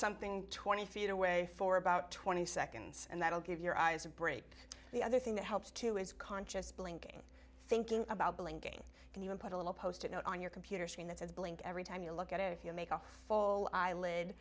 something twenty feet away for about twenty seconds and that'll give your eyes a break the other thing that helps too is conscious blinking thinking about blinking and you can put a little post a note on your computer screen that says blink every time you look at it if you make a full